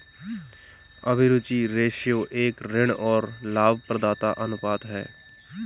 अभिरुचि रेश्यो एक ऋण और लाभप्रदता अनुपात है